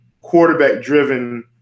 quarterback-driven